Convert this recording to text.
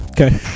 Okay